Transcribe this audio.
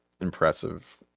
impressive